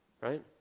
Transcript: right